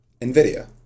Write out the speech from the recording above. NVIDIA